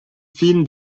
film